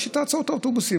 שתעצור את האוטובוסים,